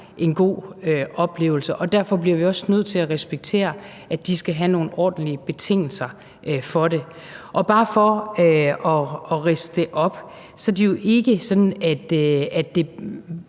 en god oplevelse, og derfor bliver vi også nødt til at respektere, at de skal have nogle ordentlige betingelser for det. Bare for at ridse det op vil jeg sige, at det jo ikke er sådan, at det